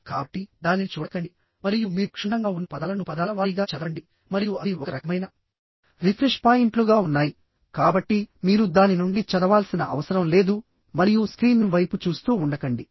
కాబట్టి దానిని చూడకండి మరియు మీరు క్షుణ్ణంగా ఉన్న పదాలను పదాల వారీగా చదవండి మరియు అవి ఒక రకమైన రిఫ్రెష్ పాయింట్లుగా ఉన్నాయి కాబట్టి మీరు దాని నుండి చదవాల్సిన అవసరం లేదు మరియు స్క్రీన్ వైపు చూస్తూ ఉండకండి